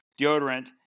deodorant